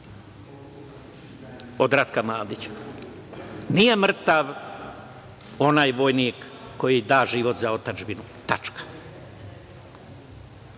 od Ratka Mladića: „Nije mrtav onaj vojnik koji da život za otadžbinu. Mrtav